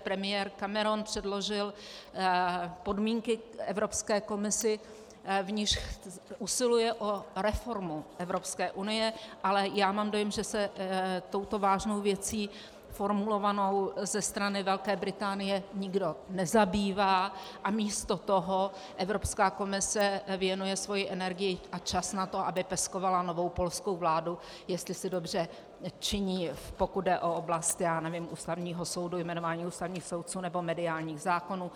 Premiér Cameron předložil podmínky Evropské komisi, v nichž usiluje o reformu Evropské unie, ale já mám dojem, že se touto vážnou věcí formulovanou ze strany Velké Británie nikdo nezabývá a místo toho Evropská komise věnuje svoji energii a čas na to, aby peskovala novou polskou vládu, jestli dobře činí, pokud jde o oblast, já nevím, ústavního soudu, jmenování ústavních soudců nebo mediálních zákonů.